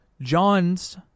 John's